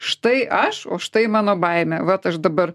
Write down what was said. štai aš o štai mano baimė vat aš dabar